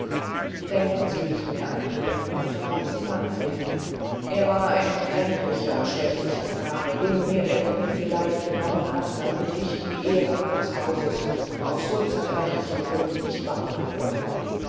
denken sie nicht mehr an ihn unterbrach sie manfred er war ein kränklicher schwächlicher knabe den mir der himmel vielleicht genommen hat damit ich die ehre meines hauses auf so zerbrechlichen grund nicht bauen möge